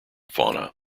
fauna